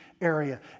area